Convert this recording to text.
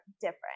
different